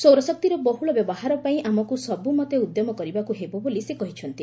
ସୌରଶକ୍ତିର ବହୁଳ ବ୍ୟବହାର ପାଇଁ ଆମକୁ ସବୁମତେ ଉଦ୍ୟମ କରିବାକୁ ହେବ ବୋଲି ସେ କହିଛନ୍ତି